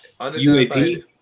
UAP